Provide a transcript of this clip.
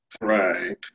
Right